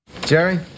Jerry